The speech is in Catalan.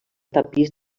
tapís